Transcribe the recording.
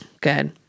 Good